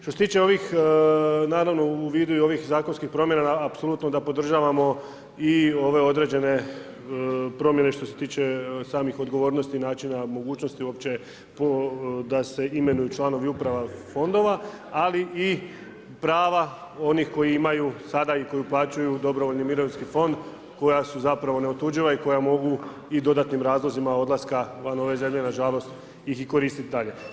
Što se tiče ovih, naravno, u vidu i ovih zakonskih promjena, apsolutno da podržavamo i ove određene promjene što se tiče samih odgovornosti i načina mogućnosti, uopće da se imenuju članovi uprava fondova, ali i prava onih koji imaju, sada i koji uplaćuju u dobrovoljni mirovinski fond, koja su zapravo neotuđiva i koja mogu i dodatnim razlozima, odlaska van ove zemlje, nažalost ih koristiti dalje.